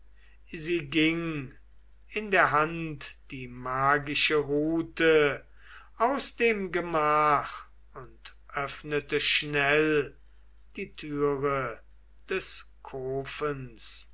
sie ging in der hand die magische rute aus dem gemach und öffnete schnell die türe des